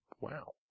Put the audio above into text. wow